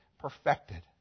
perfected